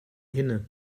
hinne